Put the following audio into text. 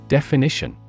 Definition